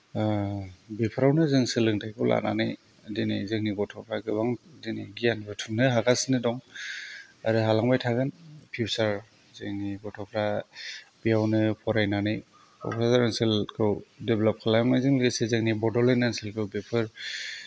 बेफोरावनो जों सोलोंथायखौ लानानै दिनै जोंनि गथ'फोरा गोबां बिदिनो गियान बुथुमनो हागासिनो दं आरो हालांबाय थागोन फिउचार जोंनि गथ'फ्रा बेयावनो फरायनानै क'क्राझार ओनसोलखौ डेभेलप खालामनायजों लोगोसे जोंनि बडलेण्ड ओनसोलखौ बेफोर